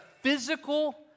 physical